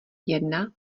jedna